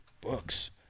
Books